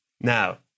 Now